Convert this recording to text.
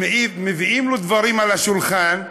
מביאים לו דברים על השולחן: